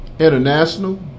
International